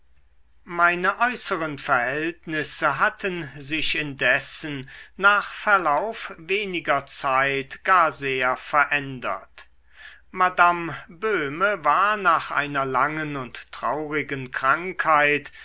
meine äußeren verhältnisse hatten sich indessen nach verlauf weniger zeit gar sehr verändert madame böhme war nach einer langen und traurigen krankheit